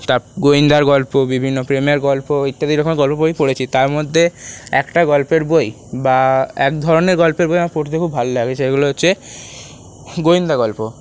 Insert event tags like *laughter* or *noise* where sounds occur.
*unintelligible* গোয়েন্দার গল্প বিভিন্ন প্রেমের গল্প ইত্যাদি রকমের গল্পের বই পড়েছি তার মধ্যে একটা গল্পের বই বা এক ধরনের গল্পের বই আমার পড়তে খুব ভাল লাগে সেগুলো হচ্ছে গোয়েন্দা গল্প